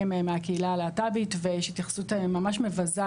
הם מהקהילה הלהט"בית ויש התייחסות ממש מבזה,